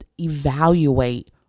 evaluate